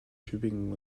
tübingen